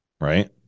right